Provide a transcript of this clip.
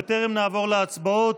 בטרם נעבור להצבעות,